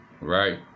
Right